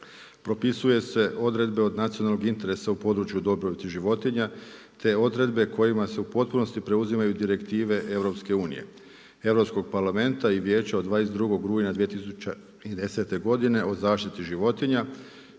propisuju se odredbe od nacionalnog interesa u području dobrobiti životinja, te odredbe kojim se u potpunosti preuzimanju direktive EU-a, Europskog parlamenta i Vijeća od 22. rujna 2010. godine o zaštiti životinja